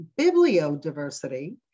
bibliodiversity